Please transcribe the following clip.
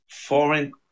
foreign